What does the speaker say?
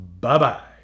Bye-bye